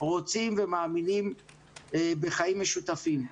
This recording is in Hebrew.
רוצים ומאמינים בחיים משותפים,